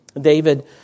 David